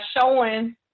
showing